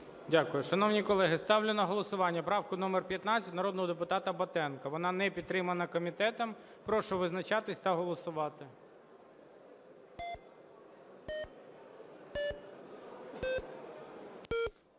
Дякую. Шановні колеги, ставлю на голосування правку номер 15 народного депутата Батенка. Вона не підтримана комітетом. Прошу визначатись та голосувати.